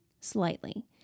slightly